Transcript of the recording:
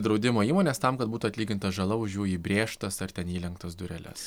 draudimo įmones tam kad būtų atlyginta žala už jų įbrėžtas ar ten įlenktas dureles